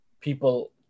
people